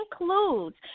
includes